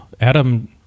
Adam